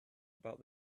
about